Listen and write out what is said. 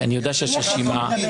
אני יודע שיש רשימה.